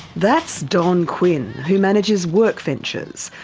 that's don quinn who manages workventures,